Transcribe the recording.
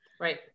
Right